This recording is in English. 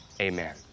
amen